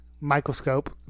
Microscope